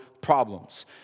problems